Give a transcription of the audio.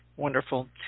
Wonderful